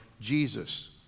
Jesus